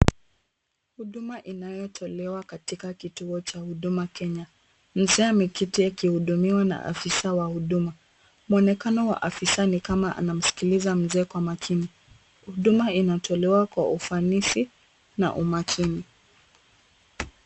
Huduma inayotolewa katika kituo cha Huduma Kenya. Mzee ameketi akihudumiwa na afisaa wa Huduma. Mwonekano wa afisaa anamsikiliza mzee kwa makini. Huduma inatolewa kwa ufanisi na umakini.